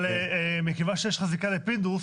אבל מכיוון שיש לך זיקה לפינדרוס,